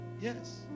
Yes